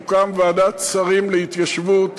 תוקם ועדת שרים להתיישבות,